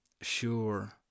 sure